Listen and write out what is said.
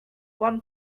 one